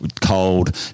cold